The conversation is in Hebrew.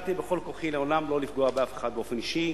השתדלתי בכל כוחי לעולם לא לפגוע באף אחד באופן אישי.